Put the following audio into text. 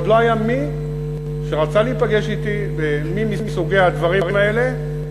עוד לא היה מי שרצה להיפגש אתי על סוגי הדברים האלה,